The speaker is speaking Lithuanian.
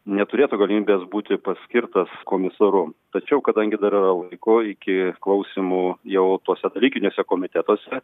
neturėtų galimybės būti paskirtas komisaru tačiau kadangi dar yra laiko iki klausymų jau tose dalykiniuose komitetuose